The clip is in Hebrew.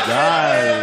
די,